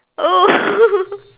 oh